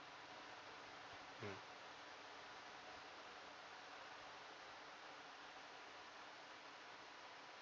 mm